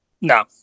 No